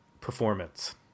performance